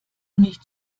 nicht